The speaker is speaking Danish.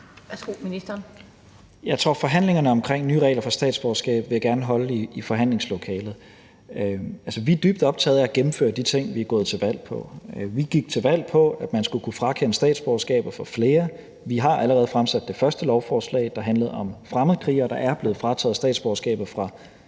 Tesfaye): Jeg tror, at forhandlingerne om nye regler for statsborgerskab vil jeg gerne holde i forhandlingslokalet. Vi er dybt optaget af at gennemføre de ting, som vi er gået til valg på. Vi gik til valg på, at man skulle kunne frakende statsborgerskaber for flere, og vi har allerede fremsat det første lovforslag, der handlede om fremmedkrigere, og der er blevet frataget statsborgerskaber fra